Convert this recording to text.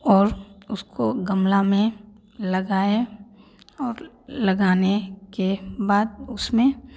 और उसको गमला में लगाए और लगाने के बाद उसमें